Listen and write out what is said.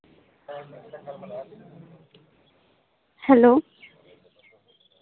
hello